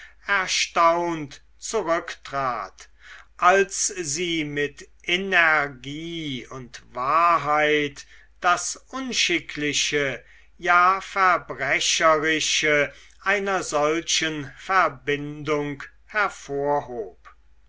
erstaunt zurücktrat als sie mit energie und wahrheit das unschickliche ja verbrecherische einer solchen verbindung hervorhob